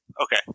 Okay